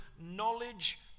knowledge